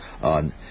on